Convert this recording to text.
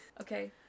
Okay